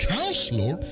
counselor